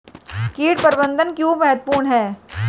कीट प्रबंधन क्यों महत्वपूर्ण है?